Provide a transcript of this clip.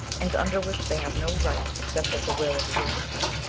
and under which they have no right except at the will of the rulers.